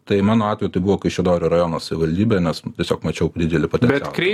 tai mano atveju tai buvo kaišiadorių rajono savivaldybė nes tiesiog mačiau didelį potencialą